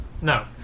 No